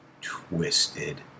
twisted